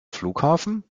flughafen